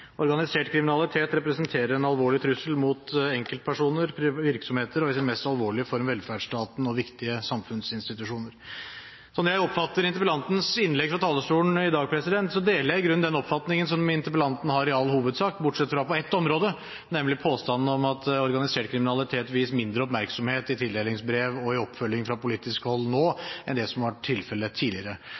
Organisert kriminalitet representerer en alvorlig trussel mot enkeltpersoner og virksomheter og, i sin mest alvorlige form, velferdsstaten og viktige samfunnsinstitusjoner. Sånn jeg oppfatter interpellantens innlegg fra talerstolen i dag, deler jeg i all hovedsak den oppfatningen som interpellanten har, bortsett fra på ett område, nemlig påstanden om at organisert kriminalitet vies mindre oppmerksomhet i tildelingsbrev og i oppfølging fra politisk hold nå enn det som har vært tilfellet tidligere.